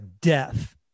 death